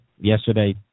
yesterday